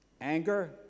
anger